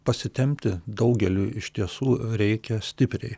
pasitempti daugeliui iš tiesų reikia stipriai